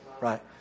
Right